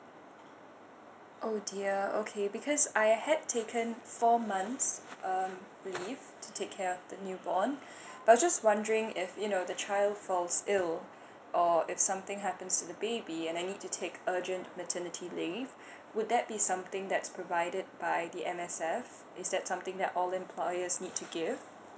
oh dear okay because I had taken four months um leave to take care of the new born but I just wondering if you know the child falls ill or if something happens with the baby and I need to take urgent maternity leave would that be something that's provided by the M_S_F is that something that all employers need to give